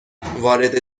وارد